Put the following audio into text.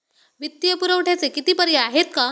वित्तीय पुरवठ्याचे किती पर्याय आहेत का?